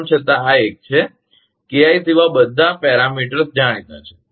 તેમ છતાં આ એક છે KI સિવાય બધા પરિમાણો જાણીતા છે